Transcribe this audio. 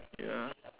ya